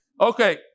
Okay